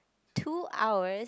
two hours